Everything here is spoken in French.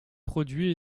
produit